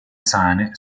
sane